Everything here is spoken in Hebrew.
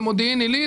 במודיעין עילית,